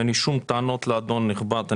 אין לי שום טענות לאדון הנכבד שיצא,